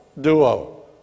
duo